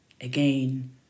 again